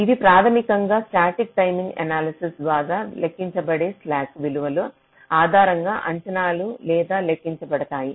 ఇవి ప్రాథమికంగా static timing analysis ద్వారా లెక్కించబడే స్లాక్ విలువల ఆధారంగా అంచనా లేదా లెక్కించబడతాయి